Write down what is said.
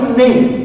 name